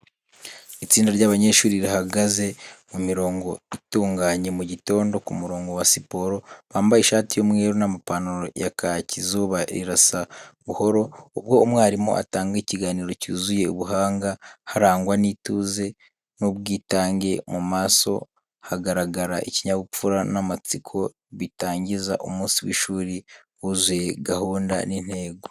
Itsinda ry'abanyeshuri rihagaze mu mirongo itunganye mu gitondo ku murongo wa siporo, bambaye ishati y’umweru n’amapantaro ya kaki. Izuba rirasa buhoro, ubwo umwarimu atanga ikiganiro cyuzuye ubuhanga harangwa n'ituze n’ubwitange mu maso hagaragara ikinyabupfura n’amatsiko bitangiza umunsi w’ishuri wuzuye gahunda n’intego.